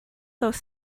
dos